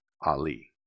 Ali